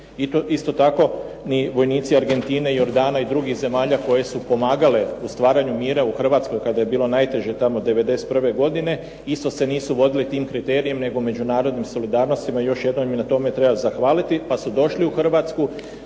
Isto tako, ni vojnici Argentine, Jordana i drugih zemalja koje su pomagale u stvaranju mira u Hrvatskoj kada je bilo najteže tamo '91. godine, isto se nisu vodili tim kriterijima, nego međunarodnim solidarnostima i još jednom im na tome treba zahvaliti, pa su došli u Hrvatsku.